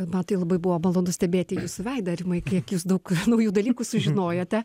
man tai labai buvo malonu stebėti jūsų veidą rimai kiek jis daug naujų dalykų sužinojote